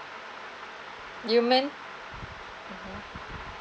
you mentioned